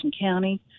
County